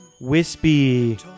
wispy